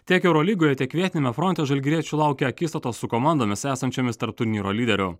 tiek eurolygoje tiek vietiniame fronte žalgiriečių laukia akistatos su komandomis esančiomis tarp turnyro lyderių